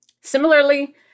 Similarly